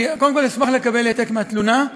קודם כול אשמח לקבל העתק מהתלונה.